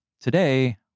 Today